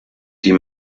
die